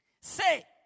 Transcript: Say